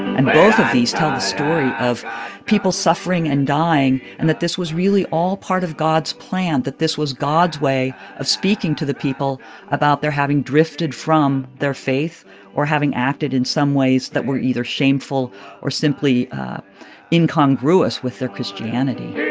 and both of these tell the story of people suffering and dying and that this was really all part of god's plan, that this was god's way of speaking to the people about their having drifted from their faith or having acted in some ways that were either shameful or simply incongruous with their christianity jesus